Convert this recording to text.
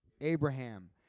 Abraham